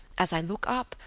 as i look up,